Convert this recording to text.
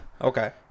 Okay